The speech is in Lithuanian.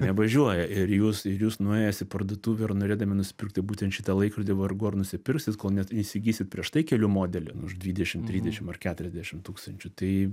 nevažiuoja ir jūs ir jūs nuėjęs į parduotuvę ir norėdami nusipirkti būtent šitą laikrodį vargu ar nusipirksit kol net neįsigysit prieš tai kelių modelių už dvidešimt trisdešim ar keturiasdešim tūkstančių tai